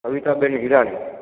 Kavitaben Hirani